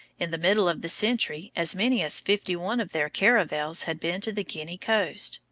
in the middle of the century as many as fifty-one of their caravels had been to the guinea coast,